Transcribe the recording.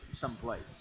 someplace